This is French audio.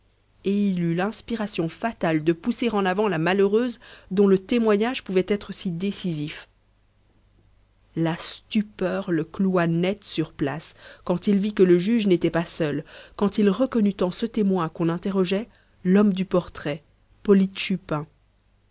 eut l'inspiration fatale de pousser en avant la malheureuse dont le témoignage pouvait être si décisif la stupeur le cloua net sur place quand il vit que le juge n'était pas seul quand il reconnut en ce témoin qu'on interrogeait l'homme du portrait